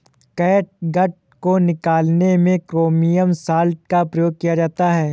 catgut को निकालने में क्रोमियम सॉल्ट का प्रयोग किया जाता है